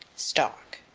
stock.